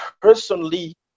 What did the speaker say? personally